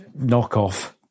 knockoff